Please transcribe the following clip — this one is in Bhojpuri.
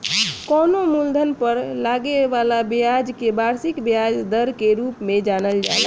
कवनो मूलधन पर लागे वाला ब्याज के वार्षिक ब्याज दर के रूप में जानल जाला